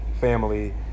family